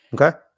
Okay